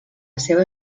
seva